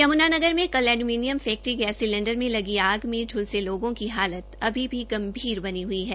यमुनानगर में कल aluminium factory gas cylinder में लगी आग में झुलसे लोगों की हालत अभी भी गंभीर बनी हुई है